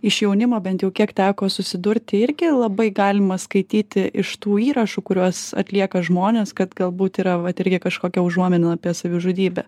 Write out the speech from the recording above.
iš jaunimo bent jau kiek teko susidurti irgi labai galima skaityti iš tų įrašų kuriuos atlieka žmonės kad galbūt yra vat irgi kažkokia užuomina apie savižudybę